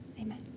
amen